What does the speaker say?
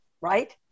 right